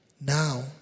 now